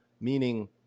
Meaning